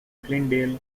glendale